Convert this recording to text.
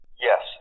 Yes